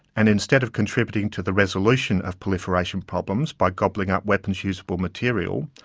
and instead of contributing to the resolution of proliferation problems by gobbling up weapons-useable material,